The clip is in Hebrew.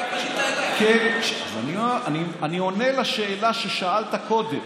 אתה פנית אליי, אני עונה לשאלה ששאלת קודם,